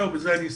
בזה אני אסתפק.